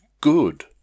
good